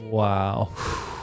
Wow